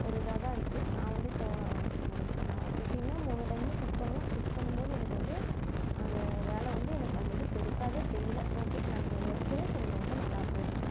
ஒரு இதாக தான் இருக்குது நான் வந்து இப்போது நான் குக்கிங்னால் மூணு டைமும் குக் பண்ணுவேன் குக் பண்ணும்போது எனக்கு வந்து அந்த வேலை வந்து எனக்கு அந்த இது பெரிசாவே தெரியல ஓகே நான் இந்த எக்ஸ்பீரியன்ஸ் எனக்கு ரொம்ப நல்லா இருந்தது